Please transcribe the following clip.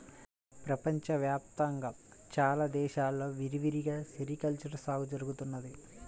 ప్రపంచ వ్యాప్తంగా చాలా దేశాల్లో విరివిగా సెరికల్చర్ సాగు జరుగుతున్నది